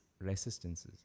resistance's